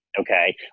Okay